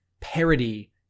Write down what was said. parody